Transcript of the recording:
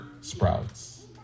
sprouts